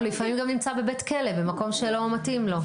הוא לפעמים גם נמצא בבית כלא במקום שלא מתאים לו.